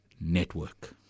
Network